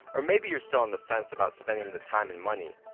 or maybe you're still on the fence about spending the time and money,